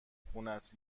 خونت